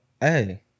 hey